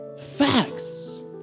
facts